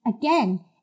again